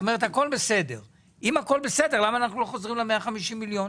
אם הכל בסדר, למה אנחנו לא חוזרים ל-150 מיליון?